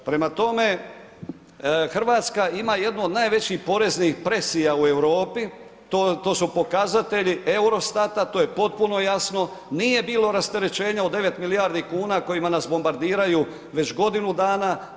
Prema tome, Hrvatska ima jedno od najvećih poreznih presija u Europi, to su pokazatelji Eurostata, to je potpuno jasno, nije bilo rasterećenja od 9 milijardi kuna kojima nas bombardiraju već godinu dana.